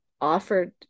offered